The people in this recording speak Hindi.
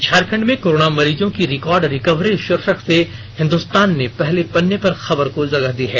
झारखंड में कोरोना मरीजों की रिकॉर्ड रिकवरी शीर्षक से हिंदुस्तान ने पहले पन्ने पर खबर को जगह दी है